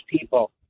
people